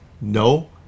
No